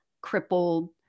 crippled